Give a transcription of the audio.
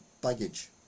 baggage